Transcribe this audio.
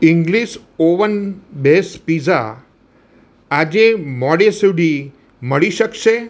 English oven base pizza આજે મોડે સુધી મળી શકશે